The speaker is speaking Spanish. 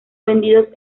vendidos